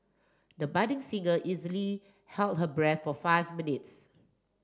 the budding singer easily held her breath for five minutes